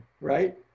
right